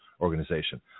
organization